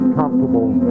comfortable